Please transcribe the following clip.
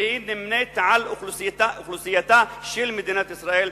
שהיא נמנית עם אוכלוסייתה של מדינת ישראל,